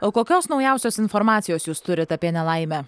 o kokios naujausios informacijos jūs turit apie nelaimę